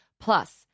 Plus